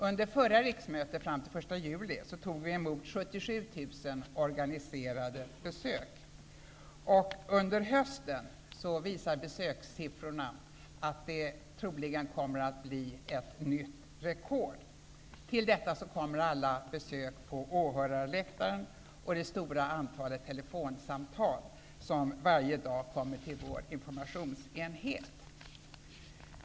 Under förra riksmötet fram till den 1 juli tog vi emot 77 000 organiserade besök. Under hösten visar besökssiffrorna att det troligen kommer att bli ett nytt rekord. Till detta kommer alla besök på åhörarläktaren och det stora antalet telefonsamtal, som varje dag kommer till vår informationsenhet.